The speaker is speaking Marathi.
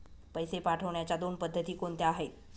पैसे पाठवण्याच्या दोन पद्धती कोणत्या आहेत?